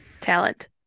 talent